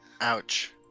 Ouch